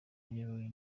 yayobowe